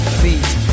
feet